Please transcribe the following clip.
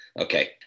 Okay